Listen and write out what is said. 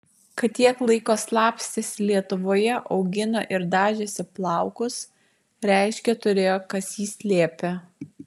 kad tiek laiko slapstėsi lietuvoje augino ir dažėsi plaukus reiškia turėjo kas jį slėpė